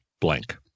blank